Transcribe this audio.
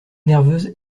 nerveuse